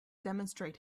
demonstrate